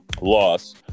loss